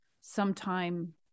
sometime